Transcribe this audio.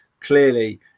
Clearly